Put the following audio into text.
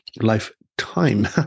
lifetime